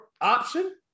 option